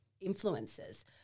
influences